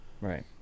Right